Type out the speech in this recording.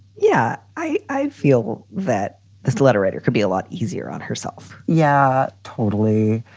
yeah, i i feel that this letter writer could be a lot easier on herself. yeah, totally.